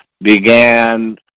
began